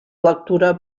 lectura